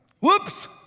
Whoops